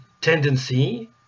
tendency